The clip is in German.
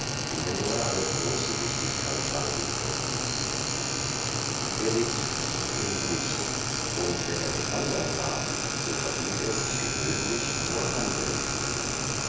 denen er eine große wichtigkeit beilegte er lebte viel in sich und wenn er mit andern war so verhielt er sich gewöhnlich nur handelnd gegen sie